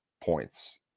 points